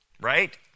right